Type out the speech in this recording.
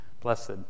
Blessed